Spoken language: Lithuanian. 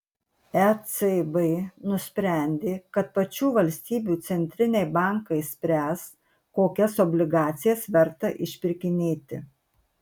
ecb nusprendė kad pačių valstybių centriniai bankai spręs kokias obligacijas verta išpirkinėti